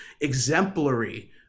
exemplary